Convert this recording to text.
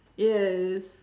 yes